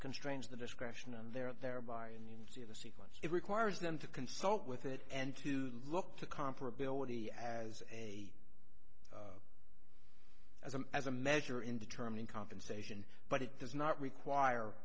constrains the discretion of their at their bar in the sequence it requires them to consult with it and to look to comparability as a as a as a measure in determining compensation but it does not require